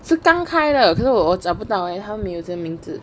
是刚开了可是我找不到 eh 它没有这个名字